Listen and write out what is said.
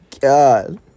god